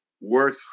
Work